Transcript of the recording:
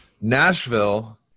Nashville